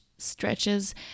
stretches